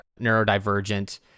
neurodivergent